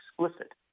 explicit